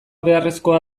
beharrezkoa